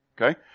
Okay